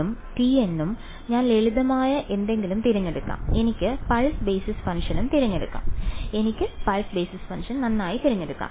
bn ഉം tn ഉം ഞാൻ ലളിതമായ എന്തെങ്കിലും തിരഞ്ഞെടുക്കും എനിക്ക് പൾസ് ബേസിസ് ഫംഗ്ഷനും തിരഞ്ഞെടുക്കാം എനിക്ക് പൾസ് ബേസിസ് ഫംഗ്ഷൻ തിരഞ്ഞെടുക്കാം